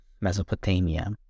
Mesopotamia